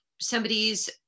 somebody's